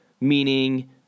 meaning